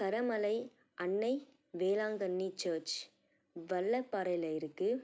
கரமலை அன்னை வேளாங்கண்ணி சர்ச் வள்ளல்பாறையில இருக்குது